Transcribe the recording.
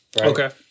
Okay